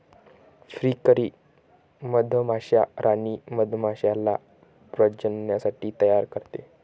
फ्रीकरी मधमाश्या राणी मधमाश्याला प्रजननासाठी तयार करते